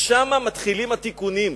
משם מתחילים התיקונים.